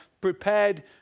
prepared